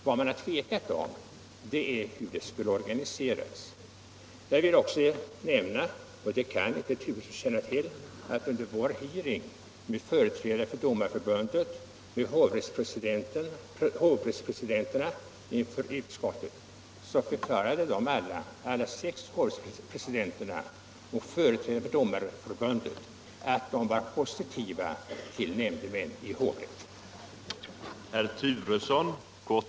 Vad man har tvekat om är i vilken omfattning de skall deltaga. Jag vill även nämna, och det kan inte herr Turesson känna till, att under utskottets hearing med företrädare för Domareförbundet och hovrättspresidenterna förklarade alla att de i princip var positivt inställda till nämndemän i hovrätt.